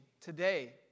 today